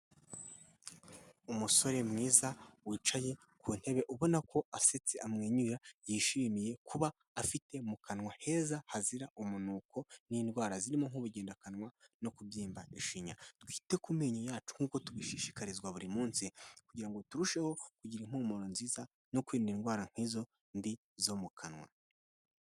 Umusore mwiza wicaye ku ntebe ubona ko asetse amwenyura yishimiye kuba afite mu kanwa heza hazira umunuko n'indwara zirimo nk'ubugenda akanwa no kubyimbaishinya. Twite ku menyo yacu nk'uko tubishishikarizwa buri munsi kugira turusheho kugira impumuro nziza no kwirinda indwara nk'izo mbi zo mu kanwa.